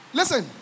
Listen